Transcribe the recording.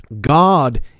God